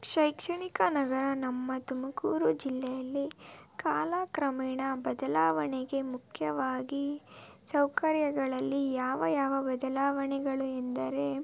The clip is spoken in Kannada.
ಶೈಕ್ಷಣಿಕ ನಗರ ನಮ್ಮ ತುಮಕೂರು ಜಿಲ್ಲೆಯಲ್ಲಿ ಕಾಲಕ್ರಮೇಣ ಬದಲಾವಣೆಗೆ ಮುಖ್ಯವಾಗಿ ಸೌಕರ್ಯಗಳಲ್ಲಿ ಯಾವ ಯಾವ ಬದಲಾವಣೆಗಳು ಎಂದರೆ